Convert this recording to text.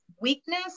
weakness